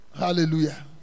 Hallelujah